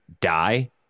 die